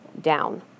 down